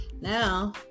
Now